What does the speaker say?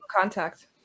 contact